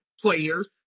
players